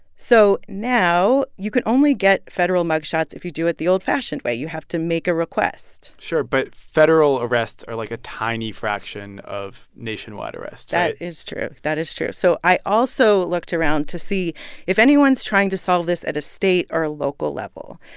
so now you can only get federal mug shots if you do it the old-fashioned way. you have to make a request sure. but federal arrests are, like, a tiny fraction of nationwide arrests, right? that is true. that is true. so i also looked around to see if anyone's trying to solve this at a state or a local level.